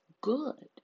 good